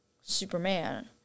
Superman